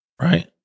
Right